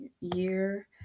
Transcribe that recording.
year